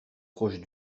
proche